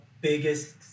biggest